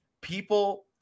people